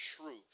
truth